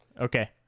Okay